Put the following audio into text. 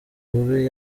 bubi